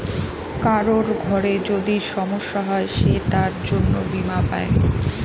কারোর ঘরে যদি সমস্যা হয় সে তার জন্য বীমা পাই